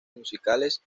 musicales